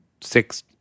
six